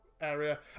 area